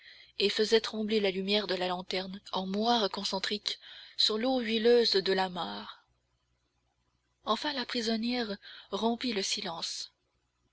et faisait trembler la lumière de la lanterne en moires concentriques sur l'eau huileuse de la mare enfin la prisonnière rompit le silence